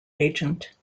agent